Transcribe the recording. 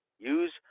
Use